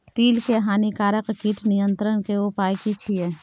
तिल के हानिकारक कीट नियंत्रण के उपाय की छिये?